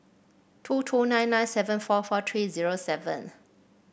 two two nine nine seven four four three zero seven